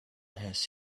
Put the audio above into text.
has